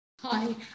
Hi